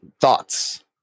thoughts